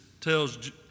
tells